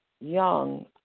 young